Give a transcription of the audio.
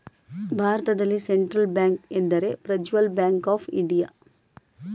ಭಾರತದಲ್ಲಿ central bank ಎಂದರೆ ಪ್ರಜ್ವಲ್ ಬ್ಯಾಂಕ್ ಆಫ್ ಇಂಡಿಯಾ